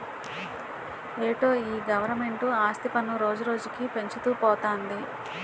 ఏటో ఈ గవరమెంటు ఆస్తి పన్ను రోజురోజుకీ పెంచుతూ పోతంది